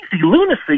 lunacy